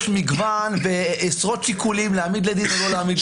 יש מגוון ועשרות שיקולים להעמיד לדין או לא להעמיד לדין.